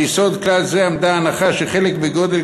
ביסוד כלל זה עמדה ההנחה שחלק בגודל